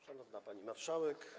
Szanowna Pani Marszałek!